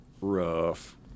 rough